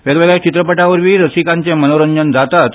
वेगवेगळया चित्रपटां वरवीं रसिकांचे मनोरंजन जाता